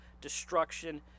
destruction